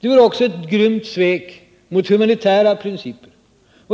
Det vore också ett grymt svek mot humanitära principer,